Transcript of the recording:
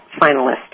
finalist